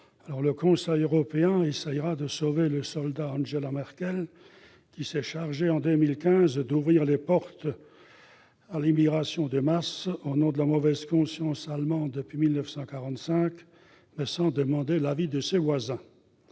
le Conseil européen essaiera de sauver le soldat Angela Merkel, qui s'est chargée en 2015 d'ouvrir les portes à l'immigration de masse, au nom de la mauvaise conscience allemande depuis 1945, mais sans demander l'avis de ses voisins.